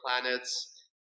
planet's